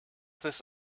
this